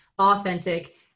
authentic